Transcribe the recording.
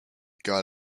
got